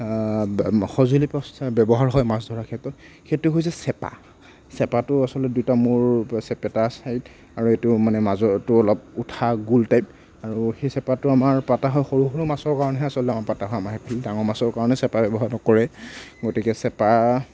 সঁজুলি ব্যৱহাৰ হয় মাছ ধৰাৰ ক্ষেত্ৰত সেইটো হৈছে চেপা চেপাটো আচলতে দুইটা মোৰ চেপেটা ছাইড আৰু এইটো মানে মাজৰটো অলপ উঠা গোল টাইপ আৰু সেই চেপাটো আমাৰ পতা হয় সৰু সৰু মাছৰ কাৰণেহে আচলতে আমাৰ পতা হয় আমাৰ সেইফালে ডাঙৰ মাছৰ কাৰণে চেপা ব্যৱহাৰ নকৰেই গতিকে চেপা